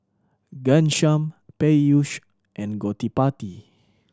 Ghanshyam Peyush and Gottipati